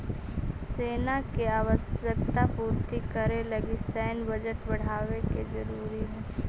सेना के आवश्यकता पूर्ति करे लगी सैन्य बजट बढ़ावे के जरूरी हई